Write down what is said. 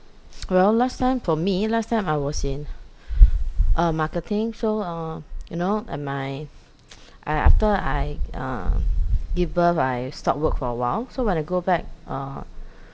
well last time for me last time I was in uh marketing so uh you know and my I after I uh give birth I stop work for a while so when I go back uh